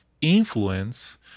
influence